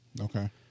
Okay